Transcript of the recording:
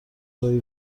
راهی